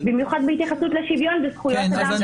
במיוחד בעניין שוויון וזכויות אדם.